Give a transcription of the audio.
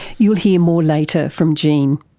you'll hear more later from gene.